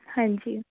ਹਾਂਜੀ